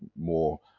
more